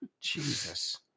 jesus